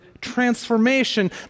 transformation